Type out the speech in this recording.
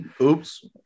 oops